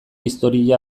historia